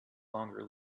longer